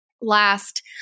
last